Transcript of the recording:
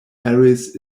arrays